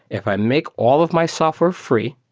if i make all of my software free,